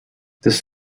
this